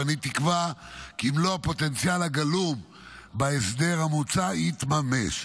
ואני תקווה כי מלוא הפוטנציאל הגלום בהסדר המוצע יתממש.